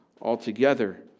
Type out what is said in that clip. altogether